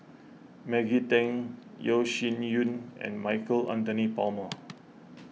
Maggie Teng Yeo Shih Yun and Michael Anthony Palmer